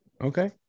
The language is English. Okay